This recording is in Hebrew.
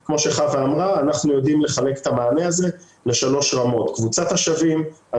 אנחנו אומרים שמישהו חייב את הדברים האלה,